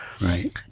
Right